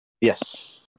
Yes